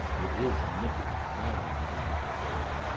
it is a nipping and an eager air.